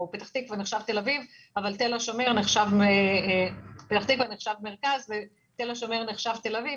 אבל תל השומר נחשב תל אביב.